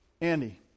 Andy